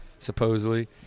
Supposedly